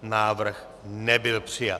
Návrh nebyl přijat.